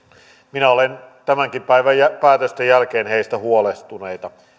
minä olen tämänkin päivän päätösten jälkeen heistä huolestunut